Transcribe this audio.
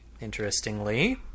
interestingly